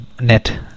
net